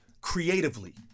creatively